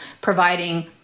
providing